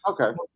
Okay